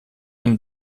eine